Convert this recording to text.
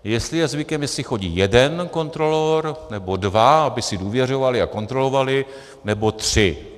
Jestli je zvykem, jestli chodí jeden kontrolor, nebo dva, aby si důvěřovali a kontrolovali, nebo tři.